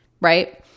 Right